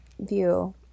view